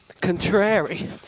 contrary